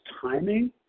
timing